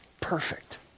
Perfect